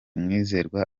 mwizerwa